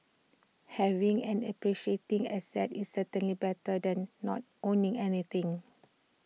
having an appreciating asset is certainly better than not owning anything